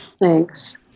Thanks